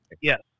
yes